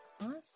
awesome